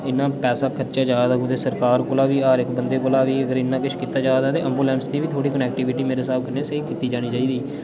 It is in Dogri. इ'न्ना पैसा खर्चे जा दा ते कुदै सरकार कोला बी हर इक बंदे कोला बी अगर इ'न्ना किश कीता जा दा ते एम्बुलेंस दी बी थोह्ड़ी कनेक्टिविटी मेरे स्हाब कन्नै स्हेई कीती जानी चाहिदी